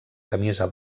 camisa